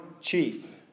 chief